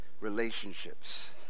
relationships